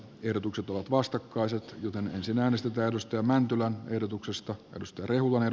ehdotukset ovat vastakkaiset joten ensin äänestetään osteomäntylän ehdotuksesta muster juvonen